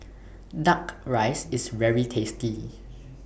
Duck Rice IS very tasty